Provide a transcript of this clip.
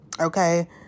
okay